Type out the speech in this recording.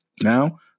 Now